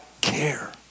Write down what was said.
care